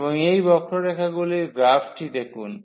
এবার এই বক্ররেখাগুলির গ্রাফটি দেখুন